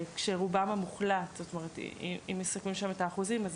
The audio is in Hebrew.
כשרובם המוחלט, אם מסכמים שם את האחוזים, אז